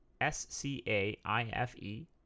s-c-a-i-f-e